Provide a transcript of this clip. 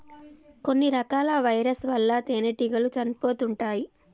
కొన్ని రకాల వైరస్ ల వల్ల తేనెటీగలు చనిపోతుంటాయ్